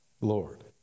Lord